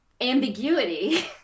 ambiguity